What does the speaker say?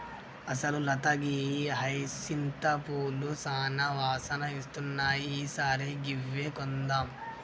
అసలు లత గీ హైసింత పూలు సానా వాసన ఇస్తున్నాయి ఈ సారి గివ్వే కొందాం